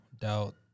doubt